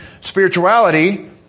spirituality